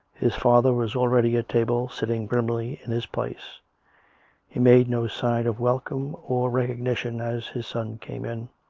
his father was already at table, sitting grimly in his place he made no sign of welcome or recognition as his son came in.